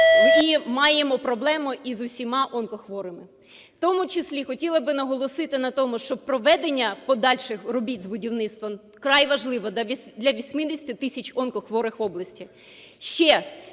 і маємо проблему із усіма онкохворими. В тому числі хотіла би наголосити на тому, що проведення подальших робіт з будівництва вкрай важливо для 80 тисяч онкохворих в області.